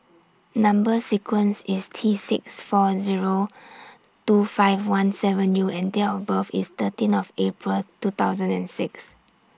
Number sequence IS T six four Zero two five one seven U and Date of birth IS thirteen of April two thousand and six